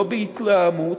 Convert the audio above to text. לא בהתלהמות,